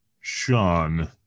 Sean